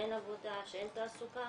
שאין עבודה, שאין תעסוקה,